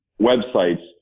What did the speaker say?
websites